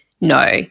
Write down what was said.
no